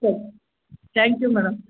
ಸರಿ thank you madam